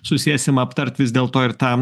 susėsim aptart vis dėlto ir tą